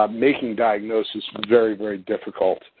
um making diagnosis very, very difficult.